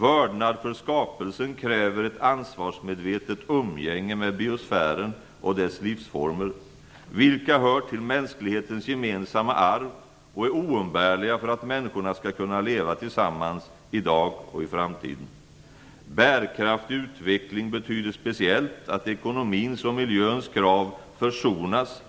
Vördnad för skapelsen kräver ett ansvarsmedvetet umgänge med biosfären och dess livsformer, vilka hör till mänsklighetens gemensamma arv och är oumbärliga för att människorna skall kunna leva tillsammans i dag och i framtiden. - Bärkraftig utveckling betyder speciellt att ekonomins och miljöns krav försonas